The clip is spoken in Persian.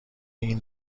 این